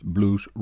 Blues